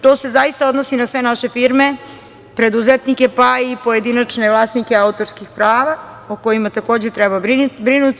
To se odnosi na sve naše firme, preduzetnike, pa i pojedinačne vlasnike autorskih prava, o kojima takođe treba brinuti.